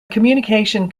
communication